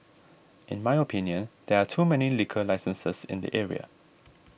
in my opinion there are too many liquor licenses in the area